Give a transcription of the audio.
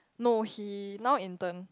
no he now intern